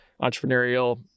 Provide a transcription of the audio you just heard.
entrepreneurial